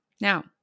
Now